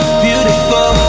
beautiful